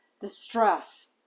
distress